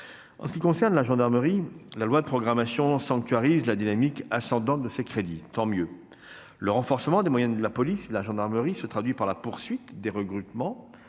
En ce qui concerne la gendarmerie, le projet de loi de programmation sanctuarise la dynamique ascendante de ses crédits. Tant mieux ! Le renforcement des moyens de la police et de la gendarmerie se traduit par la poursuite des recrutements